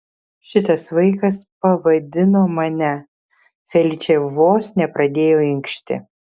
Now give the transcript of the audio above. šitas vaikas pavadino mane feličė vos nepradėjo inkšti